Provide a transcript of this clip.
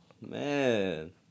man